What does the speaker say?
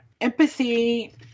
empathy